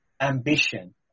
ambition